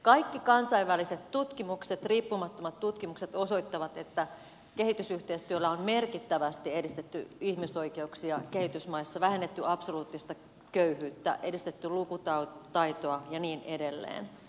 kaikki kansainväliset tutkimukset riippumattomat tutkimukset osoittavat että kehitysyhteistyöllä on merkittävästi edistetty ihmisoikeuksia kehitysmaissa vähennetty absoluuttista köyhyyttä edistetty lukutaitoa ja niin edelleen